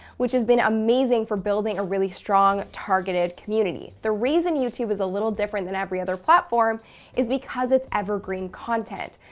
which has been amazing for building a really strong targeted community. the reason youtube is a little different than every other platform is because it's evergreen content.